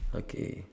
okay